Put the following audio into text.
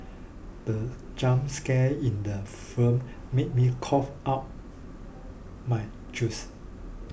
the jump scare in the film made me cough out my juice